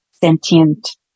sentient